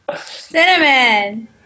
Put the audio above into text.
Cinnamon